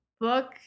book